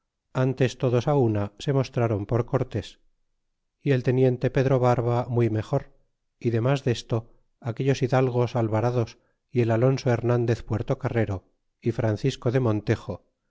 ntes todos una se mostrron por cortés y el teniente pedro barba muy mejor y demas desto aquellos hidalgos alvarados y el alonso hernandez puertocarrero y francisco de montejo